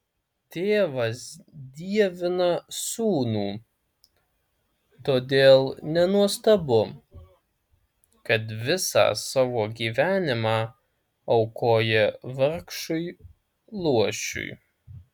tėvas dievina sūnų todėl nenuostabu kad visą savo gyvenimą aukoja vargšui luošiui